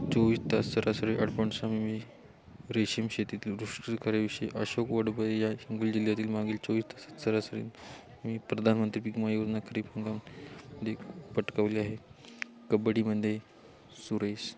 चोवीस तास सरासरी रेशीम शेतीतील अशोक वडब या हिंगोली जिल्ह्यातील मागील चोवीस तास सरासरी मी प्रधानमंत्री पीक विमा योजना खरीप हंगाम दे पटकवली आहे कब्बडीमध्ये सुरेश